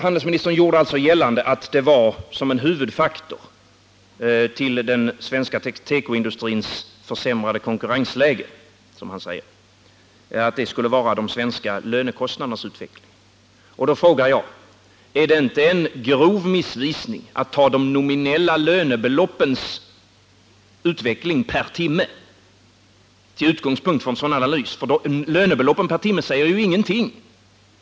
Handelsministern gjorde alltså gällande att en huvudfaktor för den svenska tekoindustrins försämrade konkurrensläge skulle vara de svenska lönekostnadernas utveckling. Då frågar jag: Är det inte en grov missvisning att ta de nominella lönebeloppens utveckling per timme till utgångspunkt för en sådan analys? Lönebeloppen per timme säger ju ingenting.